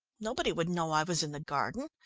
nobody would know i was in the garden,